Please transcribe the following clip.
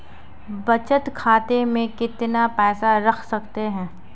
बचत खाते में कितना पैसा रख सकते हैं?